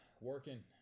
working